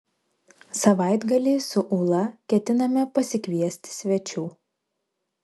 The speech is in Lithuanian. savaitgalį su ūla ketiname pasikviesti svečių